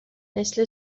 مثل